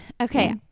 Okay